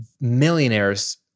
millionaires